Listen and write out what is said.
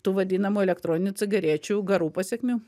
tų vadinamų elektroninių cigarečių garų pasekmių